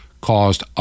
caused